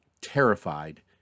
terrified